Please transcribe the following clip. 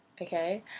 okay